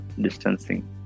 distancing